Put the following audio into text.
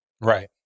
right